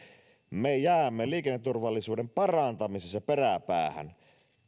me jäämme liikenneturvallisuuden parantamisessa peräpäähän